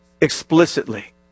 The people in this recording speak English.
Explicitly